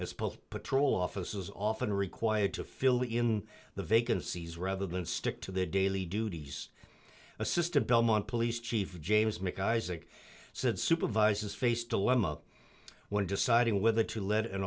pool patrol officers often required to fill in the vacancies rather than stick to the daily duties assistant belmont police chief james mc isaac said supervisors face dilemma when deciding whether to let